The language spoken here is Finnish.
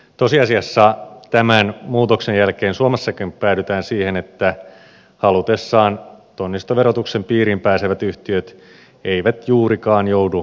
tosiasiassa tämän muutoksen jälkeen suomessakin päädytään siihen että halutessaan tonnistoverotuksen piiriin pääsevät yhtiöt eivät juurikaan joudu veroa maksamaan